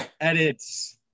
edits